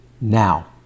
now